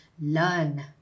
learn